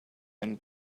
and